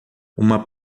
uma